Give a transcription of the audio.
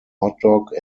hotdog